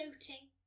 floating